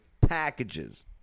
packages